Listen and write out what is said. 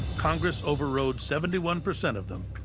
congress overrode seventy one percent of them,